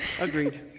agreed